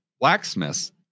blacksmiths